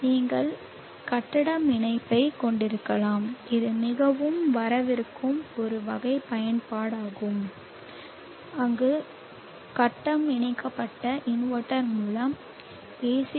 நீங்கள் கட்டம் இணைப்பைக் கொண்டிருக்கலாம் இது மிகவும் வரவிருக்கும் ஒரு வகை பயன்பாடாகும் அங்கு கட்டம் இணைக்கப்பட்ட இன்வெர்ட்டர் மூலம் AC